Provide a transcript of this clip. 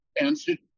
answered